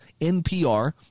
NPR